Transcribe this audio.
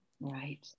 Right